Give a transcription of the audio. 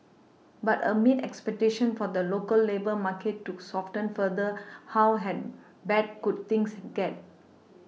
but amid expectations for the local labour market to soften further how had bad could things get